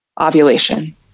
ovulation